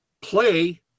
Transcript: play